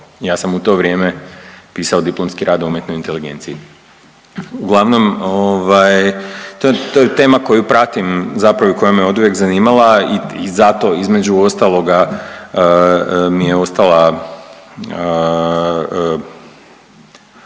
ja sam u to vrijeme pisao diplomski rad o umjetnoj inteligenciji. Uglavnom ovaj to je, to je tema koju pratim zapravo i koja me oduvijek zanimala i zato između ostaloga mi je ostala